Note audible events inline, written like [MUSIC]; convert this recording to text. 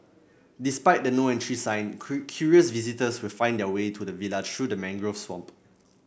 despite the No Entry sign [UNINTELLIGIBLE] curious visitors still find their way to the villa through the mangrove swamp